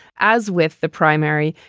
as with the primary,